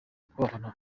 twabona